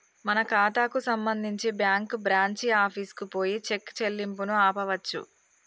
మన ఖాతాకు సంబంధించి బ్యాంకు బ్రాంచి ఆఫీసుకు పోయి చెక్ చెల్లింపును ఆపవచ్చు